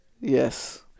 Yes